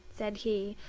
said he.